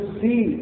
see